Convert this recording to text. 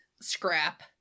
scrap